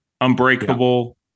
Unbreakable